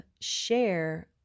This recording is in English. share